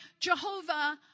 Jehovah